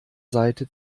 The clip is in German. seite